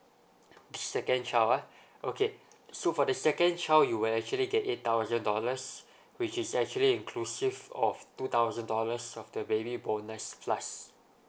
second child ah okay so for the second child you will actually get eight thousand dollars which is actually inclusive of two thousand dollars of the baby bonus plus